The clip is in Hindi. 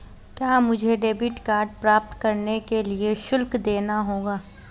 क्या मुझे डेबिट कार्ड प्राप्त करने के लिए शुल्क देना होगा?